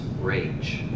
rage